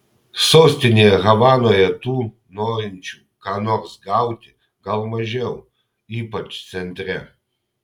sostinėje havanoje tų norinčių ką nors gauti gal mažiau ypač centre